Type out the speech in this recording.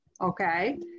okay